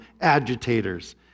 agitators